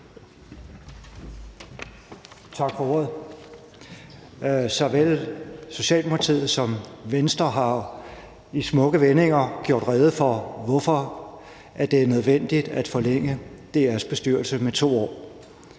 Tak for ordet. Såvel Socialdemokratiet som Venstre har i smukke vendinger gjort rede for, hvorfor det er nødvendigt at forlænge DR's bestyrelse med 2 år.